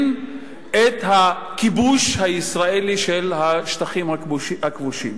את הכיבוש הישראלי של השטחים הכבושים.